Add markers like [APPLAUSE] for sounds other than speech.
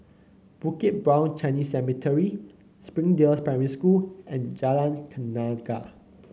[NOISE] Bukit Brown Chinese Cemetery Springdale Primary School and Jalan Tenaga